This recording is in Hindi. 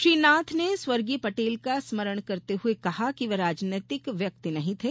श्री नाथ ने स्वर्गीय पटेल का स्मरण करते हये कहा कि वे राजनैतिक व्यक्ति नहीं थे